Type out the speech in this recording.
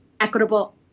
equitable